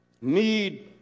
need